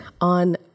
on